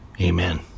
Amen